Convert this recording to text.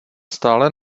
stále